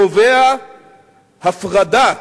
קובע הפרדה